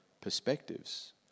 perspectives